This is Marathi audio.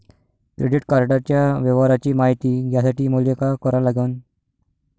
क्रेडिट कार्डाच्या व्यवहाराची मायती घ्यासाठी मले का करा लागन?